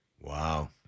Wow